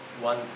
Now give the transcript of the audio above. one